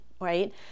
right